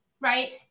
right